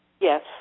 Yes